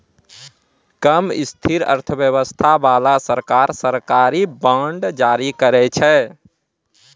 कम स्थिर अर्थव्यवस्था बाला सरकार, सरकारी बांड जारी करै छै